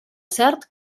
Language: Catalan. cert